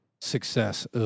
Success